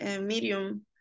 medium